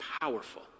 powerful